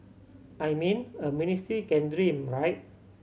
I mean a ministry can dream right